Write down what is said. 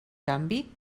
canvi